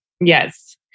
Yes